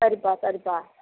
சரிப்பா சரிப்பா